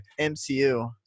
MCU